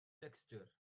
texture